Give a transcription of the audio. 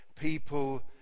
people